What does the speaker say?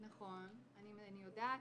נכון, אני יודעת.